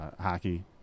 hockey